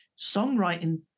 Songwriting